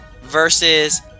versus